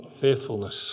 faithfulness